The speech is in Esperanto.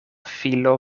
filo